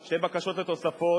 שתי בקשות לתוספות